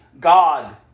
God